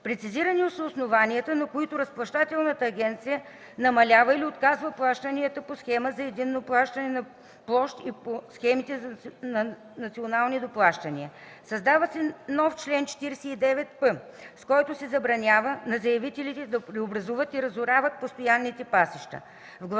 Прецизирани са основанията, на които Разплащателната агенция намалява или отказва плащания по Схемата за единно плащане на площ и по схемите за национални доплащания. Създава се нов чл. 49п, с който се забранява на заявителите да преобразуват и разорават постоянните пасища.